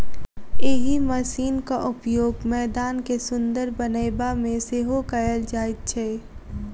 एहि मशीनक उपयोग मैदान के सुंदर बनयबा मे सेहो कयल जाइत छै